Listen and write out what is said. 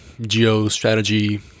geo-strategy